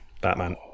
Batman